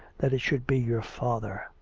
that it should be your father!